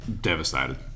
devastated